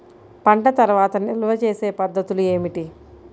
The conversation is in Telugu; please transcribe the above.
పంట తర్వాత నిల్వ చేసే పద్ధతులు ఏమిటి?